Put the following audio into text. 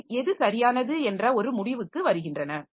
அதில் எது சரியானது என்ற ஒரு முடிவுக்கு வருகின்றன